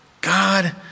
God